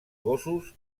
gossos